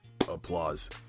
applause